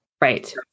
Right